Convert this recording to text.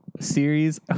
series